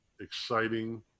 exciting